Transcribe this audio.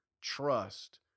trust